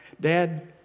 Dad